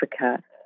Africa